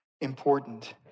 important